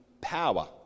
power